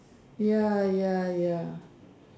ya ya ya